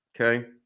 okay